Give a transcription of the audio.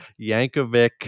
Yankovic